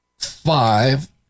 five